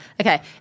Okay